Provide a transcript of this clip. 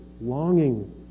longing